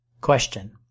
Question